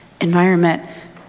environment